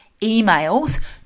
emails